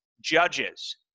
judges